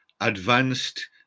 Advanced